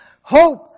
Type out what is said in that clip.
Hope